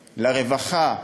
לרווחה,